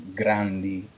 grandi